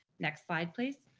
next slide, please.